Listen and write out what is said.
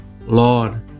Lord